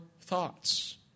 thoughts